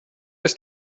ist